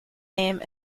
name